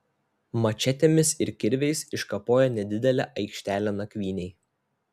mačetėmis ir kirviais iškapojo nedidelę aikštelę nakvynei